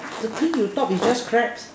the thing you talk is just crap